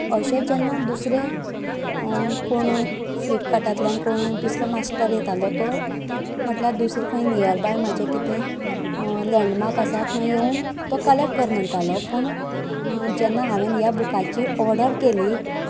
अशें जेन्ना दुसरे कोणूय फ्लिपकार्टांतल्यान कोणय दुसरो मास्टर येतालो तो म्हटल्यार दुसरें खंय नियरबाय म्हाजे कितें लेंडमार्क आसा थंय येवन तो कलॅक्ट कर म्हणटालो पूण जेन्ना हांवेंन ह्या बुकाची ऑर्डर केली